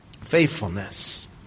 faithfulness